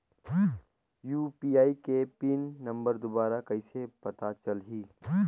UPI के pin number दुबारा कइसे पता चलही?